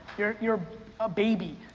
you're you're a baby,